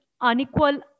unequal